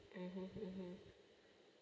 mmhmm